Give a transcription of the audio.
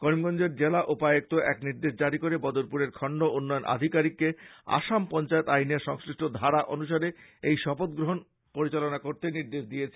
করিমগঞ্জের জেলা উপায়ুক্ত এক নির্দেশ জারী করে বদরপুরের খন্ড উন্নয়ন আধিকারীককে আসাম পঞ্চায়েত আইনের সংশ্লিষ্ট ধারা অনুসারে এই শপথ গ্রহন অনুষ্ঠান পরিচালনা করতে বলেছেন